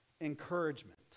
encouragement